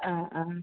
അ അ